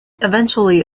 eventually